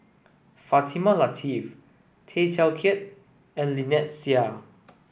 Fatimah Lateef Tay Teow Kiat and Lynnette Seah